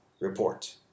Report